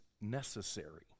necessary